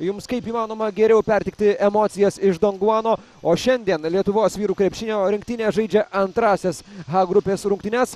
jums kaip įmanoma geriau perteikti emocijas iš donguano o šiandien lietuvos vyrų krepšinio rinktinė žaidžia antrąsias h grupės rungtynes